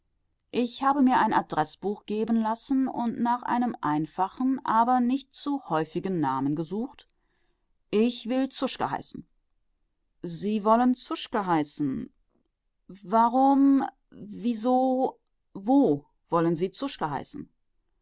ich habe mir ein adreßbuch geben lassen und nach einem einfachen aber nicht zu häufigen namen gesucht ich will zuschke heißen sie wollen zuschke heißen warum wieso wo wollen sie zuschke